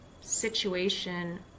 situation